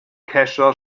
kescher